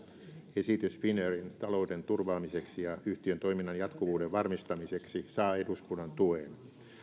esitys finnairin talouden turvaamiseksi ja yhtiön toiminnan jatkuvuuden varmistamiseksi saa eduskunnan tuen